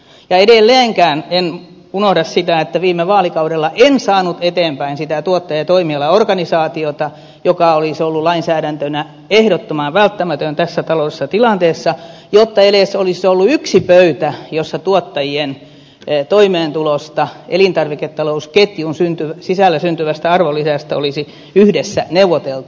edelleenkään en unohda sitä että viime vaalikaudella en saanut eteenpäin sitä tuottaja ja toimialaorganisaatiota joka olisi ollut lainsäädäntönä ehdottoman välttämätön tässä taloudellisessa tilanteessa jotta edes olisi ollut yksi pöytä jossa tuottajien toimeentulosta ja elintarviketalousketjun sisällä syntyvästä arvonlisästä olisi yhdessä neuvoteltu